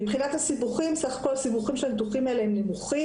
מבחינת סיבוכים: בסך הכל הסיבוכים של הניתוחים האלה הם נמוכים.